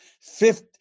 fifth